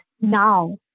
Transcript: now